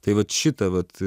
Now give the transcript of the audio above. tai vat šitą vat